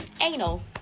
anal